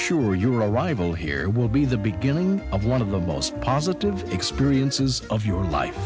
sure your a rival here will be the beginning of one of the most positive experiences of your life